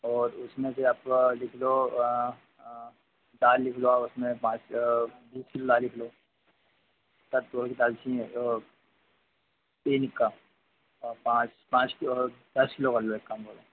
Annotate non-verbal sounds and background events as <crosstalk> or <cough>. और उसमें से आपका लिख लो दाल लिख लो आप उसमें पाँच <unintelligible> सब तरह की दाल चाहिए <unintelligible> पाँच पाँच दस किलो वाली एक काम करो